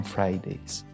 Fridays